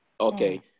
Okay